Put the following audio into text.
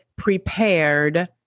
prepared